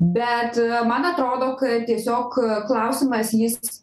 bet man atrodo kad tiesiog klausimas jis